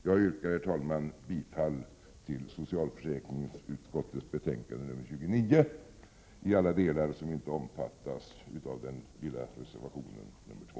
Jag yrkar, herr talman, bifall till socialförsäkringsutskottets hemställan i betänkande 29 i alla de delar som inte omfattas av den lilla reservationen nr 2.